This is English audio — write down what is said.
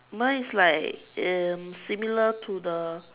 mine is like um similar to the